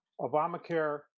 Obamacare